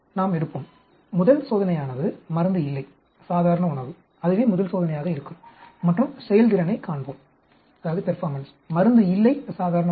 நாங்கள் எடுப்போம் முதல் சோதனையானது மருந்து இல்லை சாதாரண உணவு அதுவே முதல் சோதனையாக இருக்கும் மற்றும் செயல்திறனைக் காண்போம் மருந்து இல்லை சாதாரண உணவு